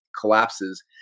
collapses